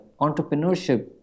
Entrepreneurship